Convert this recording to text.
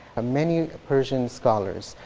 many persian scholars,